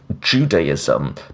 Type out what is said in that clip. Judaism